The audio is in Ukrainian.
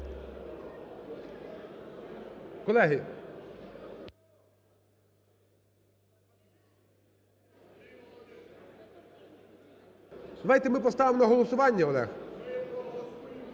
Колеги… Давайте ми поставимо на голосування, Олег.